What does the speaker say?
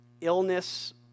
illness